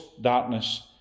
darkness